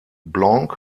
blanc